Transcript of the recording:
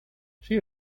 she